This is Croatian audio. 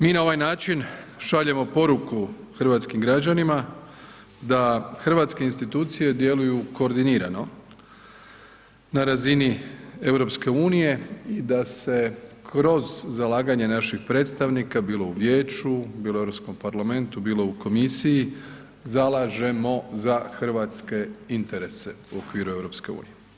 Mi na ovaj način šaljemo poruku hrvatskim građanima da hrvatske institucije djeluju koordinirano na razini EU, da se kroz zalaganje naših predstavnika, bilo u vijeću, bilo u Europskom parlamentu, bilo u komisiji zalažemo za hrvatske interese u okviru EU.